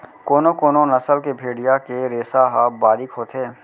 कोनो कोनो नसल के भेड़िया के रेसा ह बारीक होथे